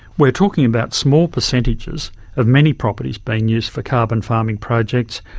we are talking about small percentages of many properties being used for carbon farming projects,